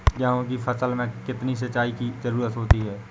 गेहूँ की फसल में कितनी सिंचाई की जरूरत होती है?